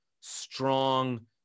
strong